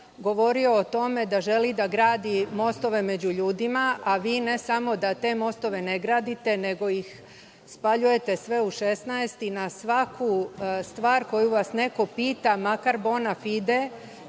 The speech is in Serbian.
govorio o tome da želi da gradi mostove među ljudima, a vi ne samo da te mostove ne gradite, nego ih spaljujete sve u 16. Na svaku stvar koju vas neko pita, makar bona fide,